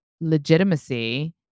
legitimacy